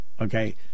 Okay